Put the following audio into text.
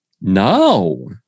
No